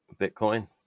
Bitcoin